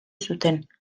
zuten